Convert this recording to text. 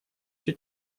все